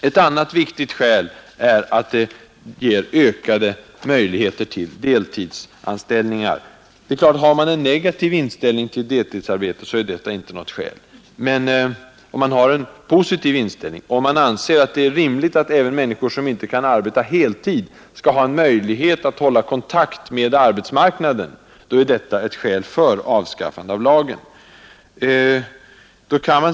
Ett annat viktigt skäl är att det blir ökade möjligheter till deltidsanställningar. Om man har en negativ inställning till deltidsarbete, är detta inte något skäl. Men om inställningen är positiv, om man anser att det är rimligt att även människor, som inte kan arbeta heltid, skall ha en möjlighet att hålla kontakt med arbetsmarknaden, är detta ett skäl för avskaffande av lagen.